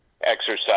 exercise